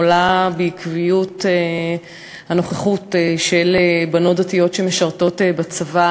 עולה בעקביות הנוכחות של בנות דתיות בצבא.